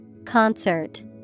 Concert